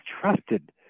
trusted